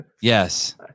Yes